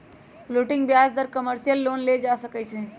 floating ब्याज पर commercial loan लेल जा सकलई ह